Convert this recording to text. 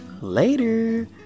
Later